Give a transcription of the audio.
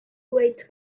grate